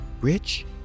rich